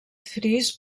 fris